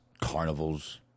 carnivals